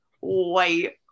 wait